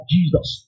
Jesus